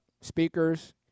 speakers